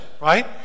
Right